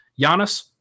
Giannis